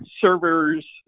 servers